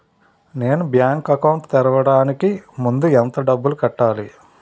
నేను నా bank account తెరవడానికి ముందు ఎంత డబ్బులు కట్టాలి?